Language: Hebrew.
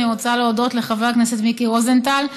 אני רוצה להודות לחבר הכנסת מיקי רוזנטל,